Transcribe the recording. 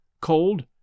cold